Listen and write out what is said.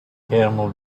camel